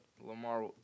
Lamar